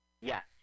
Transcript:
Yes